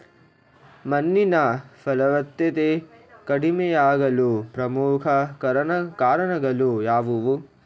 ಮಣ್ಣಿನ ಫಲವತ್ತತೆ ಕಡಿಮೆಯಾಗಲು ಪ್ರಮುಖ ಕಾರಣಗಳು ಯಾವುವು?